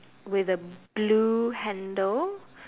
with the blue handle